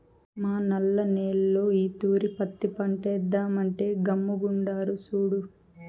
మా నల్ల నేల్లో ఈ తూరి పత్తి పంటేద్దామంటే గమ్ముగుండాడు సూడు